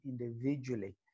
individually